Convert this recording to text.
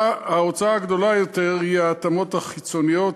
ההוצאה הגדולה יותר היא ההתאמות החיצוניות,